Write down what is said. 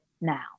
now